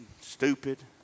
stupid